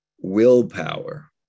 willpower